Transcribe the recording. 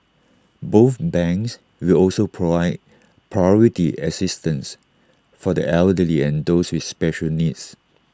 both banks will also provide priority assistance for the elderly and those with special needs